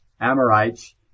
Amorites